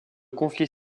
conflit